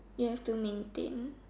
ya still maintain